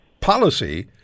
policy